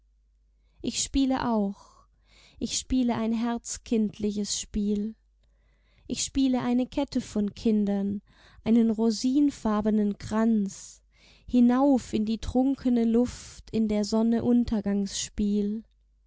ich spiele auch ich spiele ein herzkindliches spiel ich spiele eine kette von kindern einen rosinfarbenen kranz hinauf in die trunkene luft in der sonne